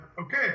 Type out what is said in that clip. okay